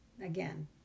Again